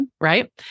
right